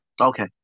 Okay